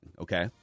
okay